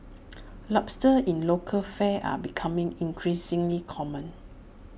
lobsters in local fare are becoming increasingly common